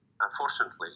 Unfortunately